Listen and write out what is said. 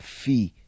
fee